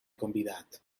convidat